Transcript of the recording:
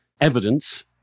evidence